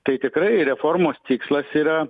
tai tikrai reformos tikslas yra